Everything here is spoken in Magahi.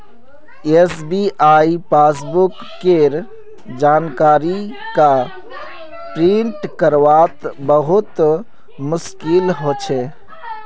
एस.बी.आई पासबुक केर जानकारी क प्रिंट करवात बहुत मुस्कील हो छे